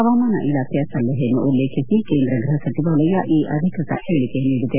ಹವಾಮಾನ ಇಲಾಬೆಯ ಸಲಹೆಯನ್ನು ಉಲ್ಲೇಖಿಸಿ ಕೇಂದ್ರ ಗ್ರಹ ಸಚಿವಾಲಯ ಈ ಅಧಿಕೃತ ಹೇಳಿಕೆ ನೀಡಿದೆ